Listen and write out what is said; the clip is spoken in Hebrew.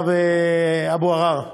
אבו עראר,